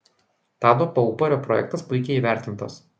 tado paupario projektas puikiai įvertintas